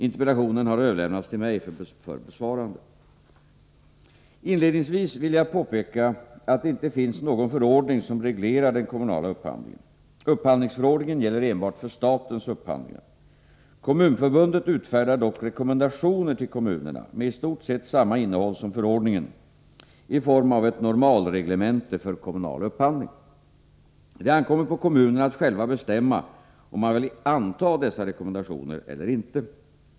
Interpellationen har överlämnats till mig för besvarande. Inledningsvis vill jag påpeka att det inte finns någon förordning som reglerar den kommunala upphandlingen. Upphandlingsförordningen gäller enbart för statens upphandlingar. Kommunförbundet utfärdar dock rekommendationer till kommunerna, med i stort sett samma innehåll som förordningen, i form av ett normalreglemente för kommunal upphandling. Det ankommer på kommunerna att själva bestämma om man vill anta dessa rekommendationer eller inte.